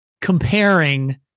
comparing